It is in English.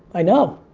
i know.